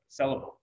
sellable